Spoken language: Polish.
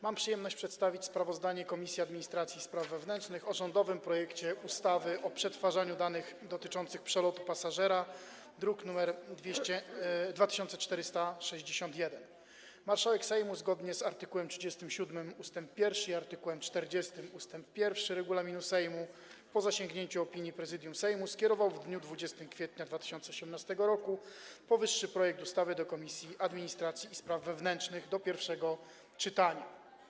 Mam przyjemność przedstawić sprawozdanie Komisji Administracji i Spraw Wewnętrznych o rządowym projekcie ustawy o przetwarzaniu danych dotyczących przelotu pasażera, druk nr 2461. Marszałek Sejmu, zgodnie z art. 37 ust. 1 i art. 40 ust. 1 regulaminu Sejmu, po zasięgnięciu opinii Prezydium Sejmu, skierował w dniu 20 kwietnia 2018 r. powyższy projekt ustawy do Komisji Administracji i Spraw Wewnętrznych do pierwszego czytania.